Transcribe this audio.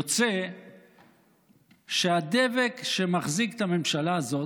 יוצא שהדבק שמחזיק את הממשלה הזאת,